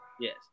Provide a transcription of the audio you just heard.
Yes